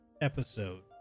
episode